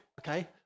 okay